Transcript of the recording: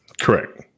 Correct